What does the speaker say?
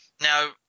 Now